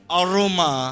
aroma